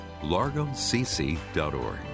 largocc.org